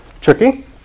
tricky